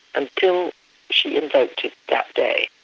until she invoked it that day.